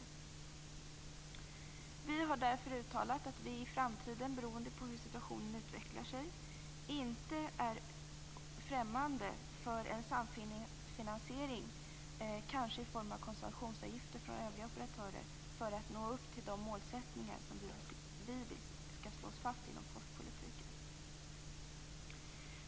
Vi har därför uttalat att vi i framtiden, beroende på hur situationen utvecklas, inte är främmande för en samfinansiering, kanske i form av koncessionsavgifter från övriga operatörer, för att nå upp till de målsättningar som vi vill skall slås fast inom postpolitiken.